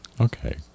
Okay